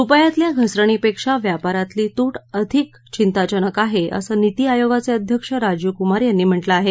रुपयातल्या घसरणीपेक्षा व्यापारातली तूट आधिक चिंताजनक आहे असं नीती आयोगाचे अध्यक्ष राजीव कुमार यांनी म्हटलं आहे